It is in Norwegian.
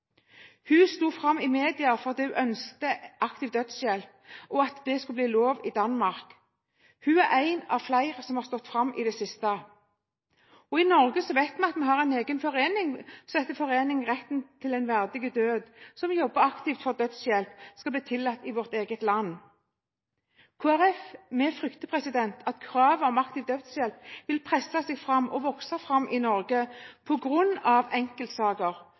Hun sto fram i media fordi hun ønsket aktiv dødshjelp og at det skulle bli lov i Danmark. Hun er en av flere som har stått fram i det siste. I Norge vet vi at vi har en egen forening – Foreningen Retten til en verdig død – som jobber aktivt for at dødshjelp skal bli tillatt i vårt eget land. Vi i Kristelig Folkeparti frykter at kravet om aktiv dødshjelp vil presse seg fram og vokse fram i Norge på grunn av enkeltsaker,